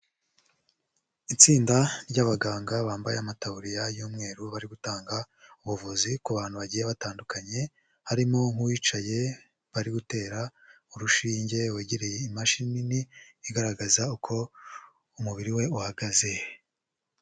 Itsinda ry'abaganga bambaye amataburiya y'umweru bari gutanga ubuvuzi ku bantu bagiye batandukanye, harimo nk'uwicaye bari gutera urushinge wegereye imashini igaragaza uko umubiri we uhagaze.